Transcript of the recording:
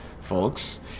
folks